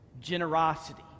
generosity